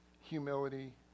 humility